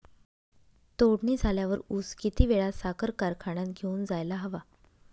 तोडणी झाल्यावर ऊस किती वेळात साखर कारखान्यात घेऊन जायला हवा?